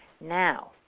Now